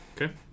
Okay